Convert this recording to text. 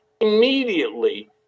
immediately